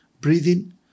breathing